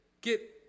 get